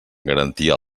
garantia